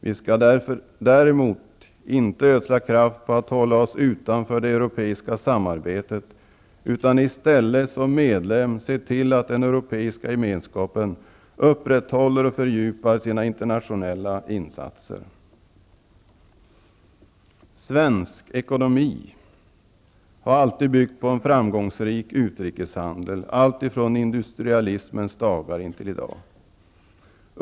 Vi skall inte ödsla kraft på att hålla oss utanför det europeiska samarbetet utan i stället som medlem se till att den europeiska gemenskapen upprätthåller och fördjupar sina internationella insatser. Svensk ekonomi har alltid byggt på en framgångsrik utrikeshandel, allt ifrån industrialismens dagar intill i dag.